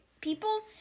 people